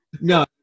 No